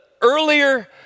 earlier